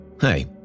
Hey